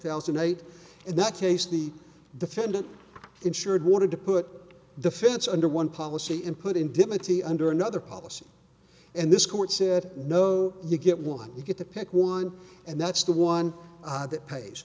thousand and eight in that case the defendant insured wanted to put the fence under one policy and put in dimity under another policy and this court said no you get one you get to pick one and that's the one that pays